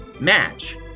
match